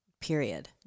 period